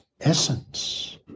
essence